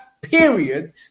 period